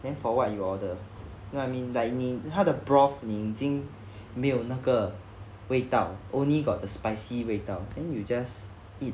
then for what you order I mean dining how the broth 你已经没有那个味道 only got the spicy 味道 then you just eat